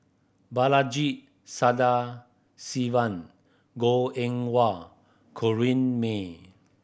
Balaji Sadasivan Goh Eng Wah Corrinne May